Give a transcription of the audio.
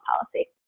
policy